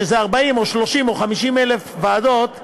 שזה 40,000 או 30,000 או 50,000 ועדות,